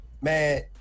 man